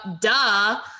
duh